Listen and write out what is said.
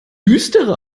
düstere